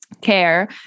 care